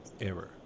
error